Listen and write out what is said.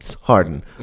Harden